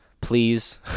please